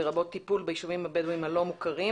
לרבות טיפול בישובים הבדואים הלא מוכרים,